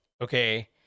okay